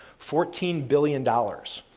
fourteen billion dollars.